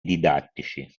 didattici